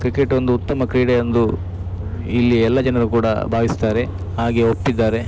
cricket ಒಂದು ಉತ್ತಮ ಕ್ರೀಡೆ ಎಂದು ಇಲ್ಲಿ ಎಲ್ಲ ಜನರು ಕೂಡ ಭಾವಿಸ್ತಾರೆ ಹಾಗೆ ಒಪ್ಪಿದ್ದಾರೆ